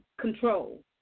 control